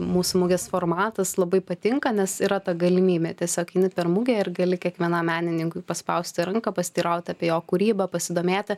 mūsų mugės formatas labai patinka nes yra ta galimybė tiesiog eini per mugę ir gali kiekvienam menininkui paspausti ranką pasiteirauti apie jo kūrybą pasidomėti